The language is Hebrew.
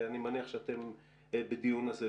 ואני מניח שאתם בדיון על זה,